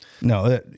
no